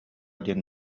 диэн